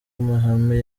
amahame